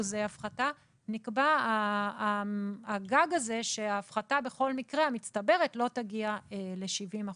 הפחתה נקבע הגג הזה שההפחתה המצטברת לא תגיע ל-70%.